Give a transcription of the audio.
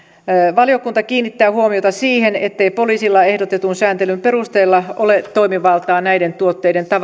valiokunta kiinnittää huomiota siihen ettei poliisilla ehdotetun sääntelyn perusteella ole toimivaltaa näiden tuotteiden